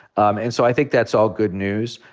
and so i think that's all good news.